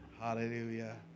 Hallelujah